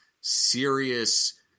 serious